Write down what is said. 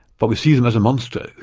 but we see them as a monster,